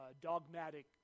dogmatic